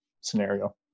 scenario